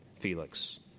Felix